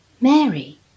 Mary